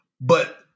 but-